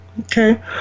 Okay